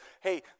hey